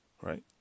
right